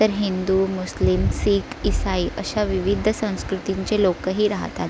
तर हिंदू मुस्लीम शीख इसाई अशा विविध संस्कृतींचे लोकही राहतात